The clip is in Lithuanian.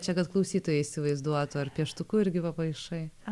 čia kad klausytojai įsivaizduotų ar pieštuku irgi va paišai